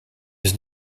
was